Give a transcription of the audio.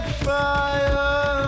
fire